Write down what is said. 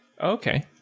okay